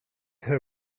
her